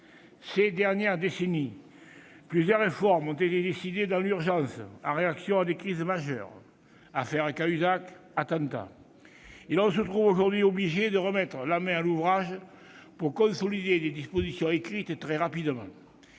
Ces dernières décennies, plusieurs réformes ont été décidées dans l'urgence, en réaction à des crises majeures- affaire Cahuzac, attentats -, et l'on se trouve aujourd'hui obligé de remettre la main à l'ouvrage pour consolider des dispositions écrites très rapidement.